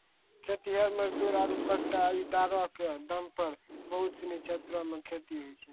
खेतिहर मजदूर आरु बटाईदारो क दम पर बहुत सिनी क्षेत्रो मे खेती होय छै